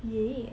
yes